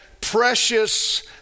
precious